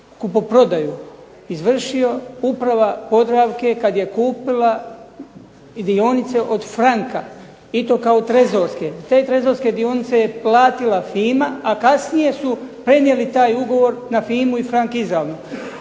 kupoprodaju izvršila uprava Podravke kad je kupila dionice od Francka i to kao trezorske. Te trezorske dionice je platila FIMA, a kasnije su prenijeli taj ugovor na FIMA-u i Franck izravno.